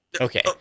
Okay